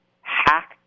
hack